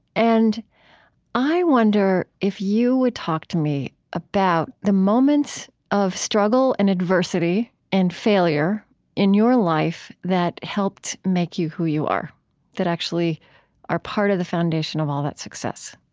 and i wonder if you would talk to me about the moments of struggle and adversity and failure in your life that helped make you who you are that actually are part of the foundation of all that success